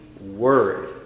worry